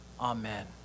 Amen